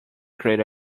create